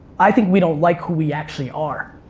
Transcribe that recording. i think we don't like who we actually are.